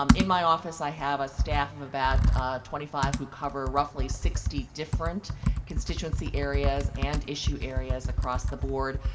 um in my office, i have a staff of about twenty five who cover roughly sixty sixty different constituency areas and issue areas across the board.